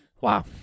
Wow